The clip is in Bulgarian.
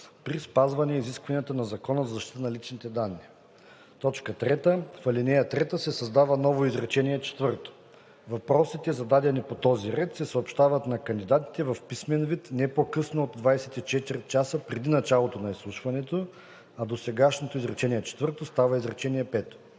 при спазване изискванията на Закона за защита на личните данни.“ 3. В ал. 3 се създава ново изречение четвърто: „Въпросите, зададени по този ред, се съобщават на кандидатите в писмен вид не по-късно от 24 часа преди началото на изслушването.“, а досегашното изречение четвърто става изречение